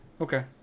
Okay